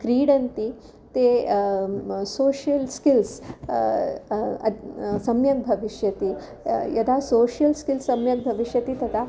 क्रीडन्ति ते social skills सम्यक् भविष्यन्ति यदा सोशियल् स्किल्स् सम्यक् भविष्यन्ति तदा